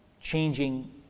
changing